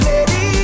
Lady